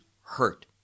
hurt